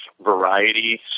variety